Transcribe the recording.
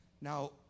now